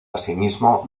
asimismo